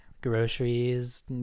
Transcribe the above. groceries